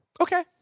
Okay